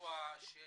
ביצוע של